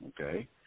okay